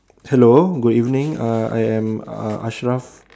hello good evening uh I am uh Ashraf